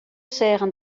seagen